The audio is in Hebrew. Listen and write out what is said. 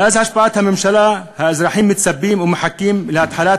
מאז השבעת הממשלה האזרחים מצפים ומחכים להתחלת